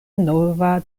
nova